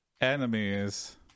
enemies